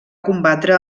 combatre